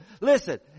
Listen